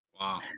Wow